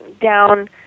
down